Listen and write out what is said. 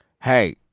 Hey